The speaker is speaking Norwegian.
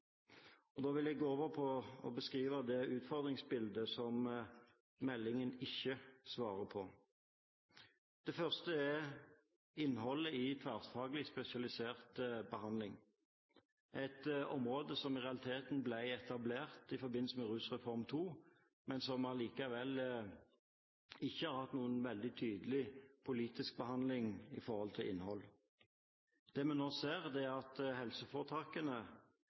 meldingen. Da vil jeg gå over på å beskrive det utfordringsbildet som meldingen ikke svarer på. Det første er innholdet i tverrfaglig spesialisert behandling, et område som i realiteten ble etablert i forbindelse med Rusreform II, men som allikevel ikke har hatt noen veldig tydelig politisk behandling i forhold til innhold. Det vi nå ser, er at helseforetakene